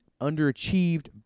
underachieved